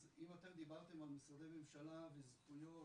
אז אם אתם דיברתם על משרדי ממשלה וזכויות,